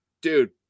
dude